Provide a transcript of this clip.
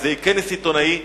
איזה כנס עיתונאי,